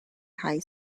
high